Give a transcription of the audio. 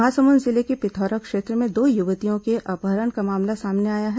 महासमुंद जिले के पिथौरा क्षेत्र में दो युवतियों के अपहरण का मामला सामने आया है